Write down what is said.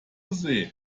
say